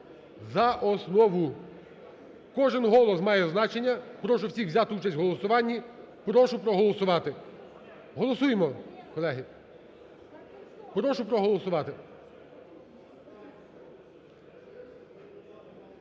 за основу. Кожен голос має значення, прошу всіх взяти участь у голосуванні. Прошу проголосувати. Голосуємо, колеги. Прошу проголосувати.